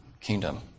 kingdom